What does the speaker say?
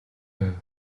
байв